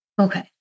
Okay